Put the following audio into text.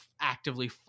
actively